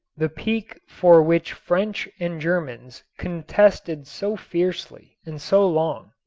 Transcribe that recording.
the peak for which french and germans contested so fiercely and so long.